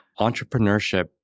entrepreneurship